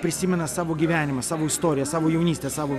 prisimena savo gyvenimą savo istoriją savo jaunystę savo